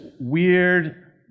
weird